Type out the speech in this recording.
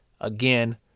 Again